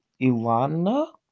ilana